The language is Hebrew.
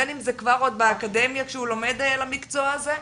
בין אם זה כבר עוד באקדמיה כשהוא לומד למקצוע הזה,